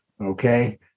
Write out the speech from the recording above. Okay